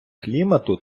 клімату